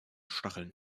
stacheln